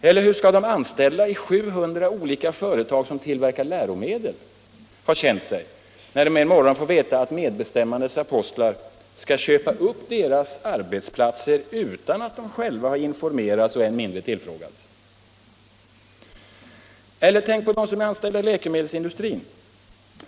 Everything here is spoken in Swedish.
Eller hur skall de anställda i 700 olika företag som tillverkar läromedel ha känt sig, när de en morgon får veta att medbestämmandets apostlar skall köpa upp deras arbetsplatser utan att de själva informerats och än mindre tillfrågats? Eller tänk på dem som är anställda i läkemedelsindustrin!